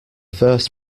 first